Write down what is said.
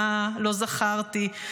מה לא זכרתי?